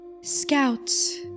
Scouts